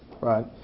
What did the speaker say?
Right